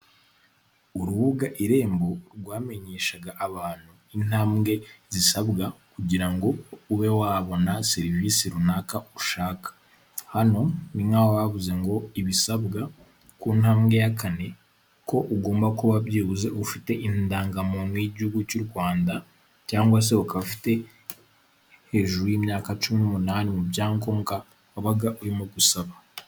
Urubuga irembo rwamenyeshaga abantu intambwe zisabwa, kugira ngo ube wabona serivisi runaka ushaka, hano ni nk' aho bavuze ngo ibisabwa ku ntambwe ya kane, ko ugomba kuba byibuze ufite indangamuntu y'igihugu cy'u Rwanda, cyangwa se ukaba ufite hejuru y'imyaka cumi n'umunani mu byangombwa wabaga urimo gusaba.